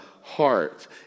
heart